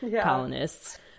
colonists